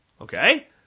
Okay